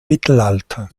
mittelalter